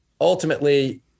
ultimately